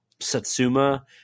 Satsuma